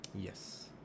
yes